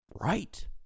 right